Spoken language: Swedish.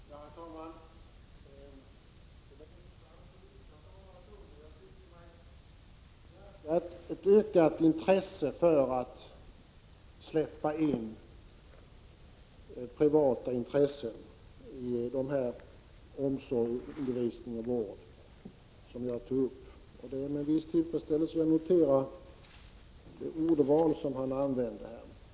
Herr talman! Det var mycket intressant att lyssna till Roland Sundgren. Jag tyckte mig märka ett ökat intresse för att släppa in privata intressen i omsorg, undervisning och vård, som jag tog upp. Det är med en viss tillfredsställelse jag noterar det ordval han använde.